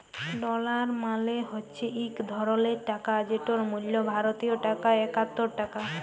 dollar মালে হছে ইক ধরলের টাকা যেটর মূল্য ভারতীয় টাকায় একাত্তর টাকা